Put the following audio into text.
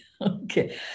okay